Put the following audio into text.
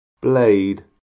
blade